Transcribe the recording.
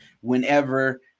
whenever